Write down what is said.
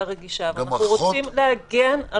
רגישה ואנחנו רוצים להגן על האוכלוסייה הזו.